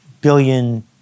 billion